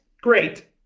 great